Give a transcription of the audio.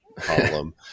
column